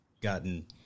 gotten